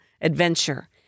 adventure